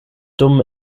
dum